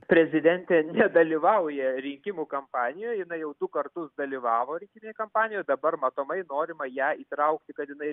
prezidentė nedalyvauja rinkimų kampanijoj jinai jau du kartus dalyvavo rinkiminėj kampanijoj dabar matomai norima ją įtraukti kad jinai